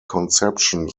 conception